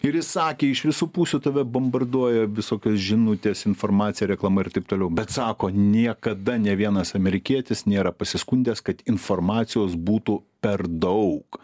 ir jis sakė iš visų pusių tave bombarduoja visokios žinutės informacija reklama ir taip toliau bet sako niekada ne vienas amerikietis nėra pasiskundęs kad informacijos būtų per daug